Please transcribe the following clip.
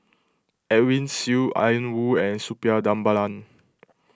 Edwin Siew Ian Woo and Suppiah Dhanabalan